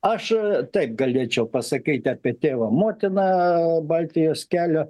aš taip galėčiau pasakyti apie tėvą motiną baltijos kelio